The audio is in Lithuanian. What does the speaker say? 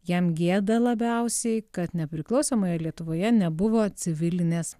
jam gėda labiausiai kad nepriklausomoje lietuvoje nebuvo civilinės